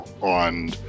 on